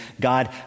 God